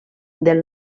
del